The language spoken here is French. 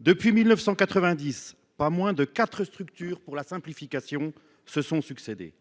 Depuis 1990, pas moins de quatre structures pour la simplification se sont succédé.